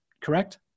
correct